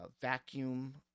vacuum